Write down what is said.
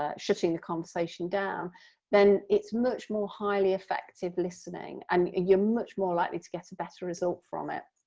ah shutting the conversation down then it's much more highly effective listening, and you're much more likely to get a better result from it.